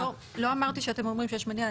לא אמרתי שאתם אומרים שיש מניעה.